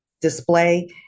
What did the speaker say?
display